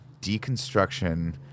deconstruction